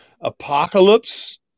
apocalypse